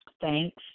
thanks